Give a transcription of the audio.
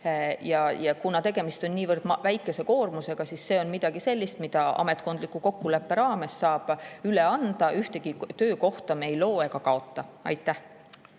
Ja kuna tegemist on niivõrd väikese koormusega, siis see on midagi sellist, mida ametkondliku kokkuleppe raames saab üle anda. Ühtegi töökohta me ei loo ega kaota. Aitäh!